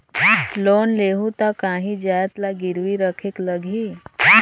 Loan लेहूं ता काहीं जाएत ला गिरवी रखेक लगही?